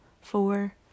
four